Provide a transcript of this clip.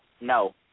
no